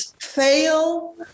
fail